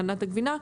הכנת הגבינה,